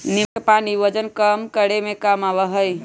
नींबू के पानी वजन कम करे में काम आवा हई